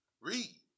Read